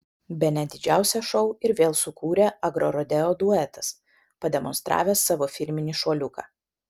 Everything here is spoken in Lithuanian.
bene didžiausią šou ir vėl sukūrė agrorodeo duetas pademonstravęs savo firminį šuoliuką